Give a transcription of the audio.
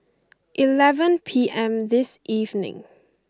eleven P M this evening